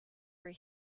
were